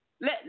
Let